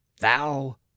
thou